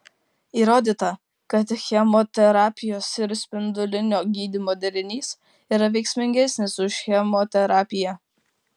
įrodyta kad chemoterapijos ir spindulinio gydymo derinys yra veiksmingesnis už chemoterapiją